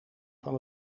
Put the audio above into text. van